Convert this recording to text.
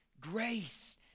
grace